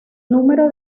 número